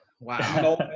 wow